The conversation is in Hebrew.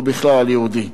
או בכלל על יהודי.